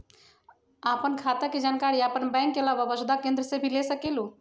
आपन खाता के जानकारी आपन बैंक के आलावा वसुधा केन्द्र से भी ले सकेलु?